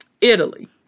Italy